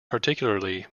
particularly